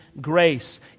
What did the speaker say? grace